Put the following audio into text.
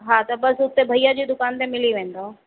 हा त बस हुते भैया जी दुकान ते मिली वेंदव